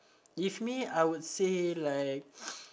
if me I would say like